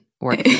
work